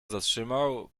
zatrzymał